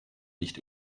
nicht